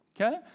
Okay